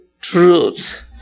truth